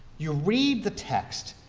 you read the text,